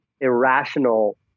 irrational